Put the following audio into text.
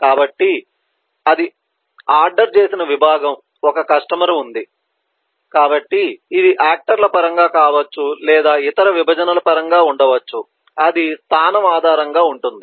కాబట్టి ఇది ఆర్డర్ చేసిన విభాగం ఒక కస్టమర్ ఉంది కాబట్టి ఇది ఆక్టర్ ల పరంగా కావచ్చు లేదా ఇతర విభజనల పరంగా ఉండవచ్చు అది స్థానం ఆధారంగా ఉంటుంది